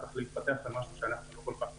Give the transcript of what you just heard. כך להתפתח למשהו שאנחנו לא כל כך אוהבים.